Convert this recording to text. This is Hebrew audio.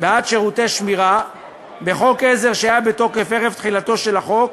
בעד שירותי שמירה בחוק עזר שהיה בתוקף ערב תחילתו של החוק,